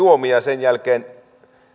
juomia ja sen jälkeen